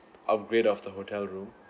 upgrade of the hotel room